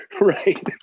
Right